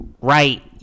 right